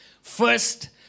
First